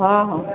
ହଁ ହଁ